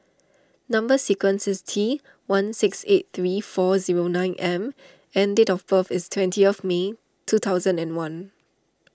Number Sequence is T one six eight three four zero nine M and date of birth is twenty of May two thousand and one